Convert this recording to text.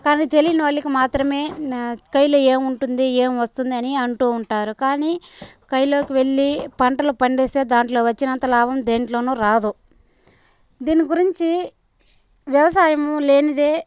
కానీ తెలియని వాళ్ళకి మాత్రమే కైయిలో ఏముంటుంది ఏం వస్తుందని అంటూ ఉంటారు కానీ కైయిలోకి వెళ్ళి పంటలు పండిస్తే దాంట్లో వచ్చినంత లాభం దేంట్లోను రాదు దీని గురించి వ్యవసాయము లేనిదే